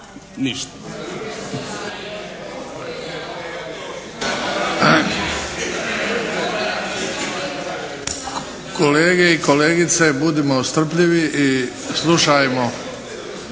Kolege i kolegice! Budimo strpljivi i slušajmo…